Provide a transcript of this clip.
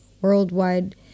worldwide